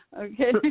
Okay